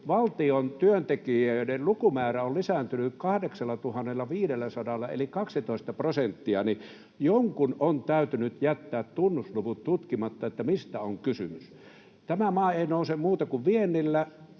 valtion työntekijöiden lukumäärä on lisääntynyt 8 500:lla eli 12 prosenttia, niin jonkun on täytynyt jättää tunnusluvut tutkimatta, että mistä on kysymys. Tämä maa ei nouse muuten kuin viennillä,